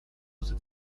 that